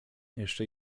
jeszcze